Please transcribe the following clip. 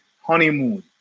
honeymoon